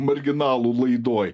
marginalų laidoj